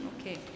Okay